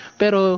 pero